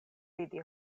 vidi